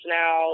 now